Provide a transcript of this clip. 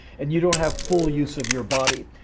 and you don't have full use of your body.